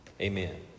amen